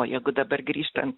o jeigu dabar grįžtant